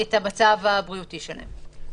את המצב הבריאותי שלהם.